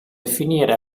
finire